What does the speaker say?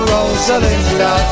Rosalinda